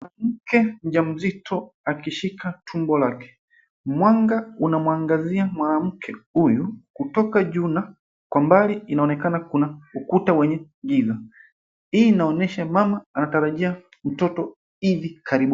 Mwanamke mjamzito akishika tumbo lake. Mwanga unamwangazia mwanamke huyu kutoka juu na kwa mbali inaonekana kuna ukuta wenye giza. Hii inaonyesha mama anatarajia mtoto hivi karibu.